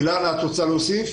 אילנה, את רוצה להוסיף?